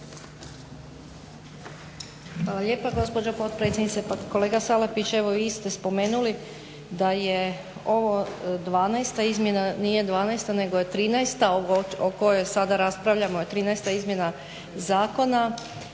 lijepa gospođo potpredsjednice. Pa kolega Salapić, evo vi ste spomenuli da je ovo 12 izmjena. Nije 12, nego je 13 o kojoj sada raspravljamo je 13 izmjena zakona.